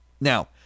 Now